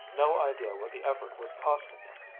no idea what the effort was costing him,